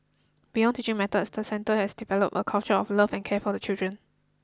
beyond teaching methods the centre has developed a culture of love and care for the children